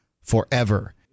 forever